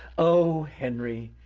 oh henry,